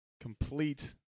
Complete